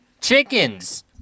chickens